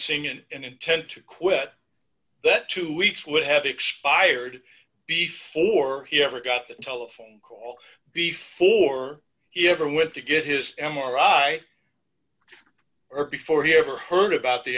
ing an intent to quit that two weeks would have expired before he ever got the telephone call before he ever went to get his m r i or before he ever heard about the